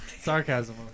Sarcasm